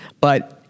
but-